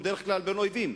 הוא בדרך כלל בין אויבים.